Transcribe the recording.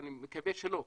ואני מקווה שלא,